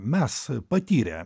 mes patyrę